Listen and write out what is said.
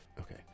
Okay